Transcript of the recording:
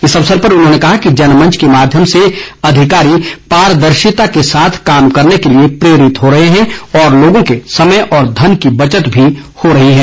इस अवसर पर उन्होंने कहा कि जनमंच के माध्यम से अधिकारी पारदर्शिता के साथ कार्य करने के लिए प्रेरित हो रहे हैं और लोगों के समय व धन की बचत भी हो रही है